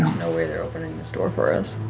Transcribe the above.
they're opening this door for us.